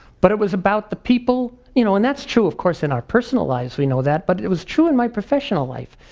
but it was about the people, you know and that's true of course, in our personal lives we know that. but it was true in my professional life.